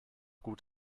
gut